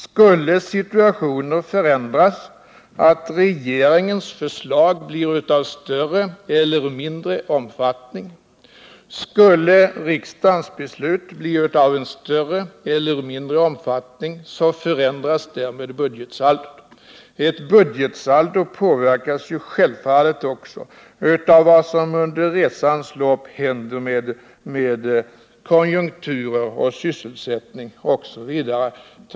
Skulle situationen förändras, dvs. så att regeringens förslag eller riksdagens beslut blir av större eller mindre omfattning, förändras budgetsaldot. Ett budgetsaldo påverkas självfallet också av vad som händer med konjunkturer, sysselsättning osv.